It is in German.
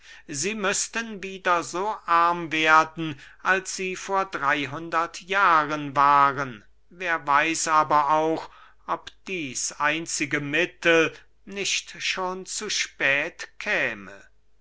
sie müßten wieder so arm werden als sie vor drey hundert jahren waren wer weiß aber auch ob dieß einzige mittel nicht schon zu spät käme